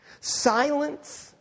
Silence